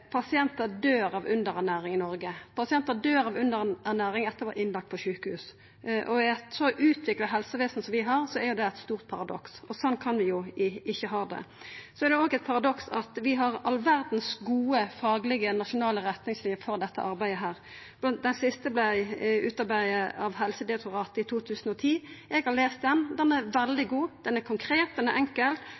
pasientar døyr av underernæring i Noreg – pasientar døyr av underernæring etter å ha vore innlagde på sjukehus. I eit så utvikla helsevesen som vi har, er det eit stort paradoks. Slik kan vi ikkje ha det. Det er òg eit paradoks at vi har all verdas gode faglege nasjonale retningsliner for dette arbeidet. Dei siste vart utarbeidde av Helsedirektoratet i 2010. Eg har lese dei, dei er veldig gode, dei er konkrete, dei er